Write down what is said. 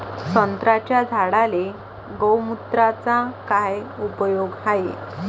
संत्र्याच्या झाडांले गोमूत्राचा काय उपयोग हाये?